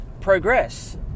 progress